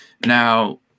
Now